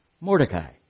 Mordecai